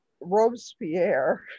Robespierre